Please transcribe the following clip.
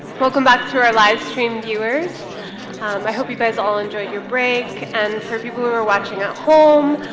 welcome back to our live stream viewers i hope you guys all enjoy your break and for people who are watching at home